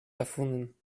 erfunden